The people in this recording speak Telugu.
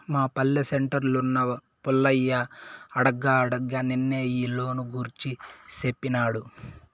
మా పల్లె సెంటర్లున్న పుల్లయ్య అడగ్గా అడగ్గా నిన్నే ఈ లోను గూర్చి సేప్పినాడు